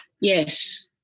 yes